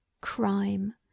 crime